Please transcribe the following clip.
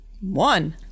One